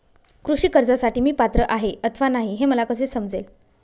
कृषी कर्जासाठी मी पात्र आहे अथवा नाही, हे मला कसे समजेल?